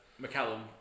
mccallum